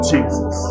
Jesus